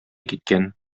киткән